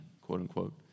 quote-unquote